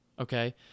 okay